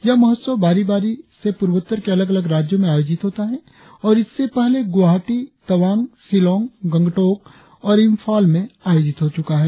यह महोत्सव बारी बारी पूर्वोत्तर के अलग अलग राज्यों में आयोजित होता है और इसले पहले गुवाहाटी तवांग शिलांग गंगटोक और इंफॉल में आयोजित हो चुका है